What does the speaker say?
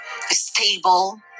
stable